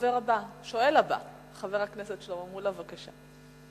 השואל הבא, חבר הכנסת שלמה מולה, בבקשה.